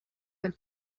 del